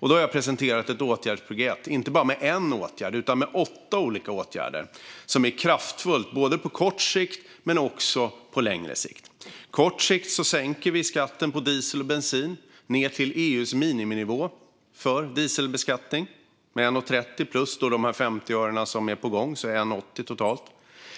Därför har jag presenterat ett åtgärdspaket - inte bara med en åtgärd, utan med åtta olika åtgärder. Paketet är kraftfullt på kort sikt men också på längre sikt. På kort sikt sänker vi skatten på diesel och bensin ned till EU:s miniminivå för dieselbeskattning. Sänkningen är 1,30 kronor plus de 50 öre som är på gång, det vill säga totalt